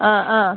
ആ അ